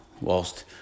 whilst